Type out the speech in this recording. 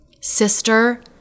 sister